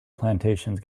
plantations